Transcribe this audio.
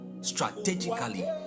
strategically